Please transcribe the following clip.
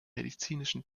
medizinischen